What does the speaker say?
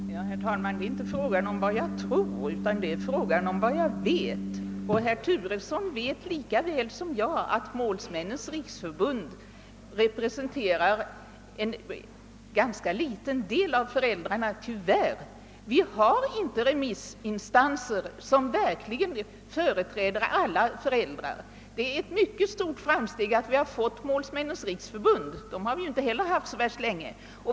Herr talman! Det är inte frågan om vad jag tror, utan det är frågan om vad jag vet. Herr Turesson vet lika väl som jag att Målsmännens riksförbund tyvärr representerar en ganska liten del av föräldrarna. Vi har inte remissinstanser som verkligen företräder alla föräldrar. Det är ett mycket stort framsteg att vi har fått Målsmännens riksförbund och det förbundet har ju inte heller funnits så värst länge.